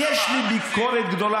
יש לי ביקורת גדולה,